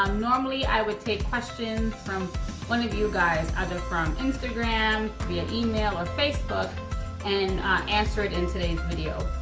um normally i would take questions from one of you guys, either from instagram, via email, or facebook and answer it in today's video.